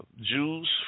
Jews